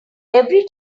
every